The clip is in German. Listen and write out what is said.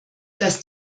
dass